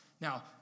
Now